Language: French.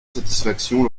satisfaction